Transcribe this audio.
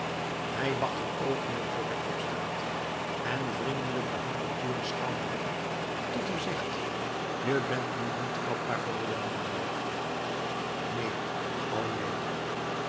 hij wacht een oogenblik voor hij opstaat en vriendelijk de hand op dorus schouder leggend tot hem zegt je bent nu niet vatbaar voor redeneering neen o neen